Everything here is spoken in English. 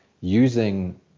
using